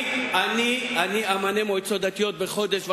אני אמנה מועצות דתיות בחודש וחצי,